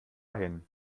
hin